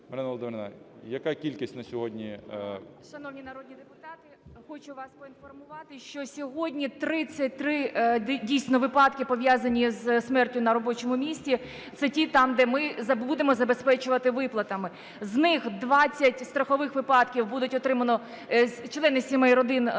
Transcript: Марино Володимирівно, яка кількість на сьогодні? 10:38:25 ЛАЗЕБНА М.В. Шановні народні депутати, хочу вас поінформувати, що сьогодні 33, дійсно, випадки, пов'язані зі смертю на робочому місці. Це ті – там, де ми будемо забезпечувати виплатами. З них 20 страхових випадків будуть… члени сімей родин